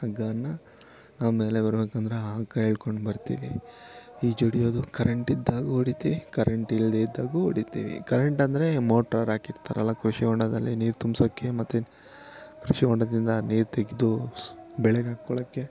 ಹಗ್ಗವನ್ನು ಮೇಲೆ ಬರ್ಬೇಕೆಂದರೆ ಆ ಹಗ್ಗ ಹಿಡ್ಕೊಂಡು ಬರ್ತೀನಿ ಈಜು ಹೊಡಿಯೋದು ಕರೆಂಟ್ ಇದ್ದಾಗ ಹೊಡೀತಿವಿ ಕರೆಂಟ್ ಇಲ್ಲದೇ ಇದ್ದಾಗ್ಲೂ ಹೊಡಿತೀವಿ ಕರೆಂಟ್ ಅಂದರೆ ಮೋಟಾರ್ ಹಾಕಿರ್ತಾರಲ್ಲ ಕೃಷಿ ಹೊಂಡದಲ್ಲಿ ನೀರು ತುಂಬಿಸೋಕ್ಕೆ ಮತ್ತೆ ಕೃಷಿ ಹೊಂಡದಿಂದ ನೀರು ತೆಗೆದು ಸ್ ಬೆಳೆಗೆ ಹಾಕೊಳ್ಳೋಕೆ